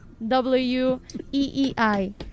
W-E-E-I